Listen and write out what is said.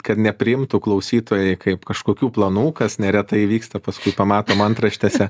kad nepriimtų klausytojai kaip kažkokių planų kas neretai įvyksta paskui pamatom antraštėse